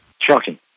Shocking